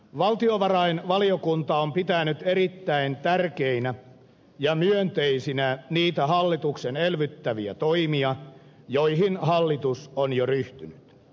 valtiovarainvaliokunta on pitänyt erittäin tärkeinä ja myönteisinä niitä hallituksen elvyttäviä toimia joihin hallitus on jo ryhtynyt